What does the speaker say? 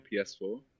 PS4